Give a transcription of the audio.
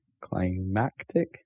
climactic